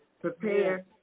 prepare